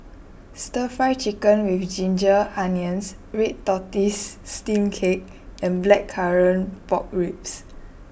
Stir Fry Chicken with Ginger Onions Red Tortoise Steamed Cake and Blackcurrant Pork Ribs